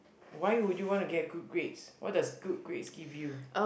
why would you want to get good grades what does good grades give you